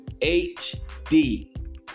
hd